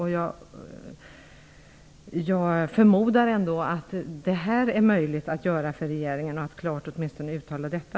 Jag förmodar att det är möjligt för regeringen att åtminstone klart uttala detta.